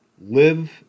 Live